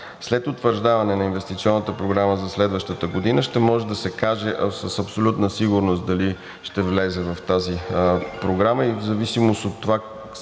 След утвърждаване на инвестиционната програма за следващата година ще може да се каже с абсолютна сигурност дали ще влезе в тази програма. В зависимост от това